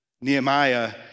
Nehemiah